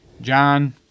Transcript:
John